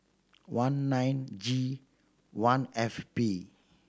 one nine G one F P